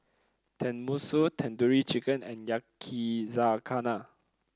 Tenmusu Tandoori Chicken and Yakizakana